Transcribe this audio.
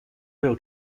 real